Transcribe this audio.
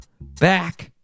back